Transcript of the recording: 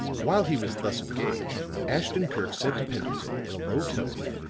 while he was thus engaged, ashton-kirk said to pendleton in a low tone